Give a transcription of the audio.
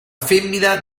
femmina